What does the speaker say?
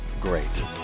great